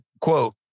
quote